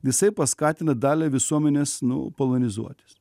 jisai paskatina dalį visuomenės nu polonizuotis